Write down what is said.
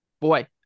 boy